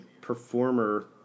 performer